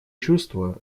чувство